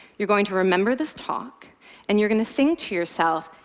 you're going to remember this talk and you're going to think to yourself,